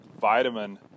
vitamin